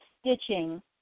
stitching